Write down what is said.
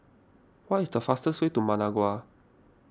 what is the fastest way to Managua